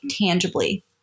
tangibly